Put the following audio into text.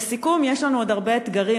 לסיכום, יש לנו עוד הרבה אתגרים.